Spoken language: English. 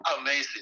amazing